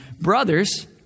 Brothers